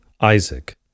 Isaac